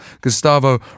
Gustavo